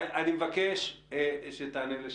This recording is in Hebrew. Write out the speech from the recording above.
אני מבקש שתענה לשאלתי.